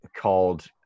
called